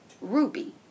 ruby